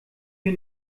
wir